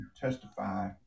testify